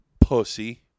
Pussy